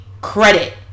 credit